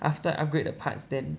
after upgrade the parts then